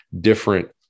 different